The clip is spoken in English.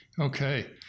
Okay